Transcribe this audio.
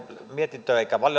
mietintö eikä